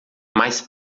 mais